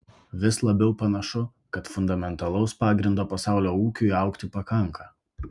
vis labiau panašu kad fundamentalaus pagrindo pasaulio ūkiui augti pakanka